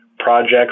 projects